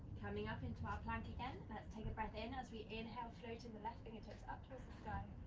coming up into our plank again, let's take a breath in as we inhale, floating the left fingertips up towards the sky.